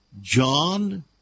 John